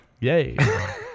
Yay